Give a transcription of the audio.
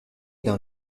dans